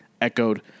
echoed